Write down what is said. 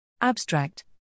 Abstract